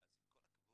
אז עם כל הכבוד,